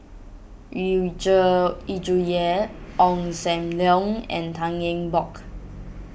Yu Zhuye Ong Sam Leong and Tan Eng Bock